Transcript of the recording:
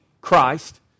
Christ